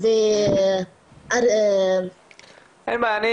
אבל המענה המשלים הזה הוא חלק מהעניין.